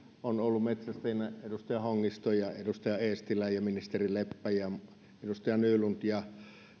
on ollut metsästäjänä edustaja hongisto ja edustaja eestilä ja ministeri leppä ja edustaja nylund ja